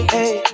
Hey